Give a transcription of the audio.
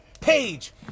Page